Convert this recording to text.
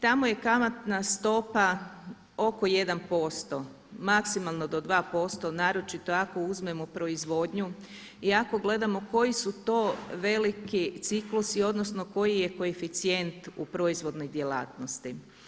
Tamo je kamatna stopa oko 1%, maksimalno do 2% naročito ako uzmemo proizvodnju i ako gledamo koji su to veliki ciklusi odnosno koji je koeficijent u proizvodnoj djelatnosti.